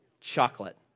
chocolate